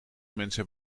mensen